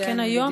שכן היום,